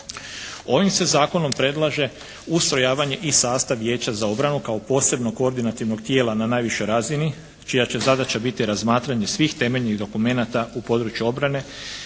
Ovim se zakonom predlaže ustrojavanje i sastav Vijeća za obranu kao posebno koordinativnog tijela na najvišoj razini čija će zadaća biti razmatranje svih temeljnih dokumenata u području obrane,